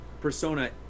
persona